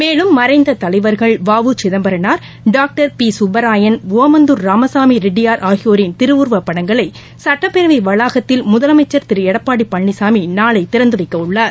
மேலும் மறைந்ததலைவர்கள் வ உ சிதம்பரனார் டாக்டர் பிகப்பராயன் ஒமந்தூர் ராமசாமிரெட்டியார் ஆகியோரின் திருவுருவப் படங்களைசட்டப்பேரவைவளாகத்தில் முதலமைச்சர் திருஎடப்பாடிபழனிசாமிநாளைதிறந்துவைக்கஉள்ளார்